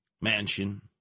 mansion